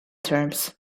terms